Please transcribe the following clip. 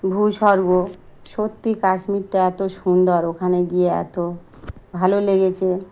ভূস্বর্গ সত্যিই কাশ্মীরটা এতো সুন্দর ওখানে গিয়ে এত ভালো লেগেছে